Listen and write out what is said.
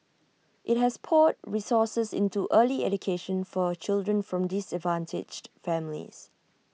IT has poured resources into early education for children from disadvantaged families